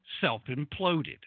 self-imploded